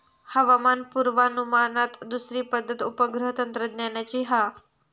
हवामान पुर्वानुमानात दुसरी पद्धत उपग्रह तंत्रज्ञानाची हा